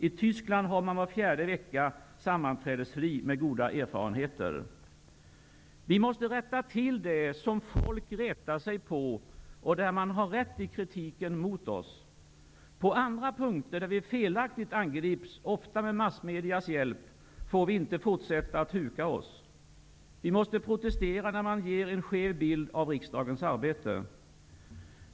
I Tyskland har man var fjärde vecka sammanträdesfri med goda erfarenheter. Vi måste rätta till det, som folk retar sig på -- och där man har rätt i kritiken mot oss. På andra punkter, där vi felaktigt angrips -- ofta med massmedias hjälp -- får vi inte fortsätta att huka oss. Vi måste protestera, när man ger en skev bild av riksdagens arbete.